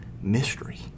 Mystery